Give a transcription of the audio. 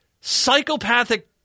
psychopathic